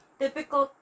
typical